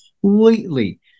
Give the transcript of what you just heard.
completely